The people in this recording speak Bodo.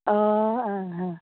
अ ओं ओं